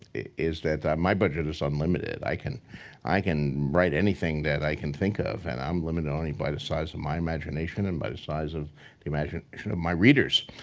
is that that my budget is unlimited. i can i can write anything that i can think of and i'm limited only by the size of my imagination, and by the size of the imagination of my readers.